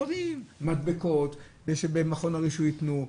מדבקות ושבמכון הרישוי ייתנו,